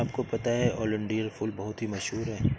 आपको पता है ओलियंडर फूल बहुत ही मशहूर है